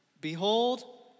Behold